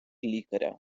лікаря